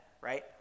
right